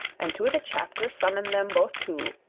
and to the chapter summon them both two,